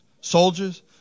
soldiers